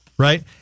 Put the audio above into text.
Right